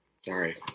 Sorry